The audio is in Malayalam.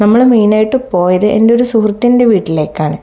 നമ്മൾ മെയിൻ ആയിട്ട് പോയത് എൻ്റെ ഒരു സുഹൃത്തിൻ്റെ വീട്ടിലേക്കാണ്